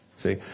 See